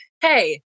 Hey